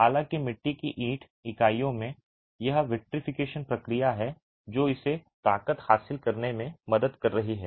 हालांकि मिट्टी की ईंट इकाइयों में यह विट्रीफिकेशन प्रक्रिया है जो इसे ताकत हासिल करने में मदद कर रही है